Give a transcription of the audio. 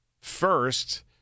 First